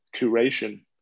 curation